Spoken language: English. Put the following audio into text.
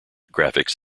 graphics